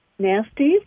nasties